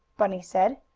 bunny said.